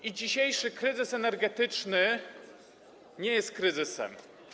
I dzisiejszy kryzys energetyczny nie jest kryzysem.